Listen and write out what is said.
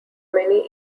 many